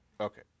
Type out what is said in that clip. Okay